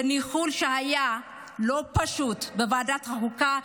בניהול שהיה לא פשוט בוועדת החוקה.